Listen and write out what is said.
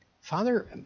Father